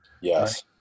Yes